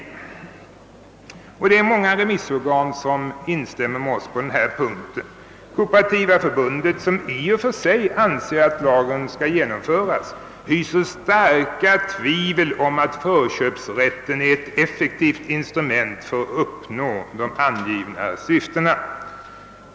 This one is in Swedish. Många remissorgan instämmer med oss på denna punkt. Kooperativa förbundet, som anser att lagen skall genomföras, hyser starka tvivel på att förköpsrätt är ett effektivt instrument för att uppnå de angivna syftena.